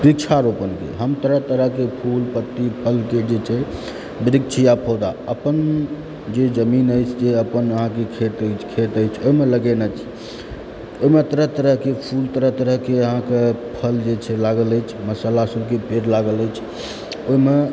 वृक्षारोपणके हम तरह तरहकेँ फूल पत्ती फलके जे छै वृक्ष या पौधा अपन जे जमीन अछि जे अपन अहाँकेँ खेत अछि खेत अछि ओहिमे लगेने छी ओहिमे तरह तरहकेँ फूल तरह तरहकेँ अहाँकेँ फल जे छै अहाँकेँ लागल अछि मसल्ला सबकेँ पेड़ लागल अछि ओहिमे